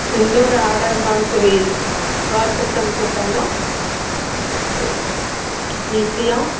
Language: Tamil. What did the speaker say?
எந்த ஒரு ஆடாக இருந்தாலும் சரி வாட்ஸப்பில் அமுச்சு விட்டோம்னா ஈஸியாக